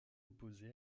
opposé